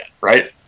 right